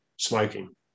smoking